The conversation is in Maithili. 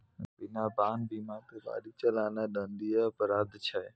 बिना वाहन बीमा के गाड़ी चलाना दंडनीय अपराध छै